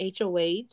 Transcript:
HOH